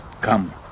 Come